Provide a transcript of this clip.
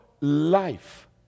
life